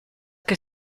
che